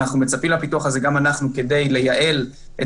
גם אנחנו מצפים לפיתוח הזה כדי לייעל את